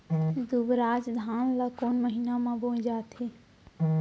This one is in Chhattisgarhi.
दुबराज धान ला कोन महीना में बोये जाथे?